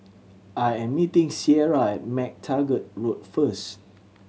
I am meeting Cierra at MacTaggart Road first